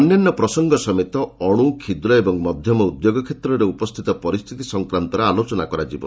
ଅନ୍ୟାନ୍ୟ ପ୍ରସଙ୍ଗ ସମେତ ଅଣୁ କ୍ଷୁଦ୍ର ଓ ମଧ୍ୟମ ଭଦ୍ୟୋଗ କ୍ଷେତ୍ରରେ ଉପସ୍ଥିତ ପରିସ୍ଥିତି ସଂକ୍ରାନ୍ତରେ ଆଲୋଚନା କରାଯିବ